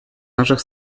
наших